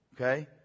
Okay